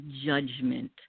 judgment